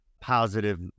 positive